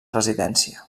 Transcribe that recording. residència